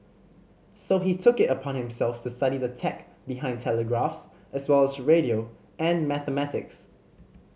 so he took it upon himself to study the tech behind telegraphs as well as radio and mathematics